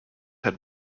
had